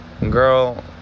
Girl